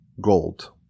gold